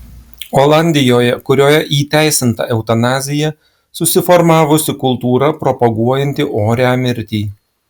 olandijoje kurioje įteisinta eutanazija susiformavusi kultūra propaguojanti orią mirtį